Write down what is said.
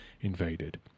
invaded